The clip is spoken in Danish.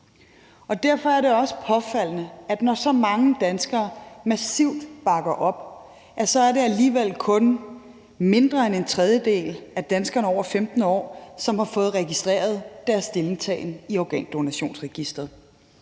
Derfor er det også påfaldende, når så mange danskere massivt bakker op, at det alligevel kun er mindre end en tredjedel af danskerne over 15 år, som har fået registreret deres stillingtagen i Organdonorregisteret.